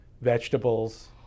Vegetables